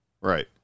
Right